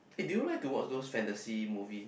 eh do you like to watch those fantasy movie